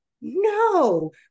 no